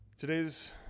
Today's